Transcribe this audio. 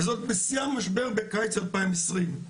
וזאת בשיא המשבר בקיץ 2020,